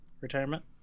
retirement